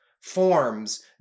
forms